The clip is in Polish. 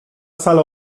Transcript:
salę